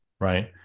right